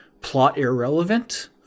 plot-irrelevant